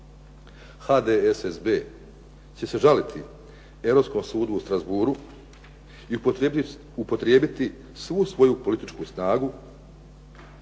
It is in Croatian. HDSSB će se žaliti Europskom sudu u Strasbourgu i upotrijebiti svu svoju političku snagu